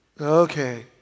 okay